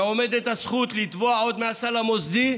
ועומדת הזכות לתבוע עוד מהסל המוסדי.